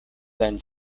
then